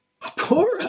Poor